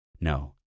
No